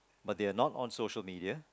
but they are not on social media